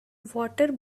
water